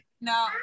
No